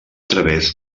través